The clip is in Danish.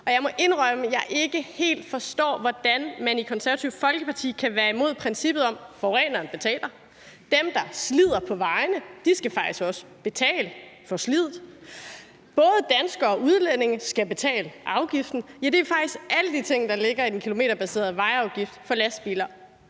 Jeg må indrømme, at jeg ikke helt forstår, hvordan man i Det Konservative Folkeparti kan være imod princippet om, at forureneren betaler. Dem, der slider på vejene, skal faktisk også betale for sliddet. Både danskere og udlændinge skal betale afgiften. Ja, det er faktisk alle de ting, der ligger i den kilometerbaserede vejafgift for lastbiler.